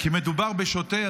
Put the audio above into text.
כי מדובר בשוטר?